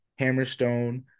Hammerstone